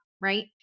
right